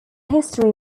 history